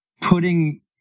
putting